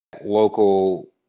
local